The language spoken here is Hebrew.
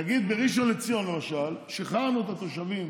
נגיד בראשון לציון למשל שחררנו את התושבים